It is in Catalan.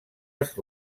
els